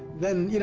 then,